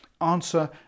Answer